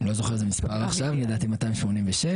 לדעתי החלטה 286